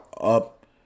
up